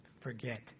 forget